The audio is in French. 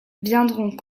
viendront